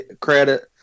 credit